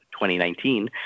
2019